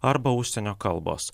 arba užsienio kalbos